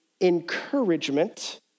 encouragement